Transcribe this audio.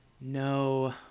No